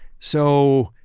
so,